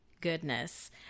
goodness